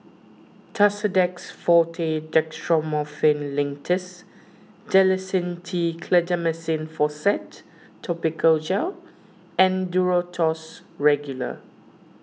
Tussidex forte Dextromethorphan Linctus Dalacin T Clindamycin Phosphate Topical Gel and Duro Tuss Regular